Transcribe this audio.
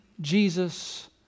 Jesus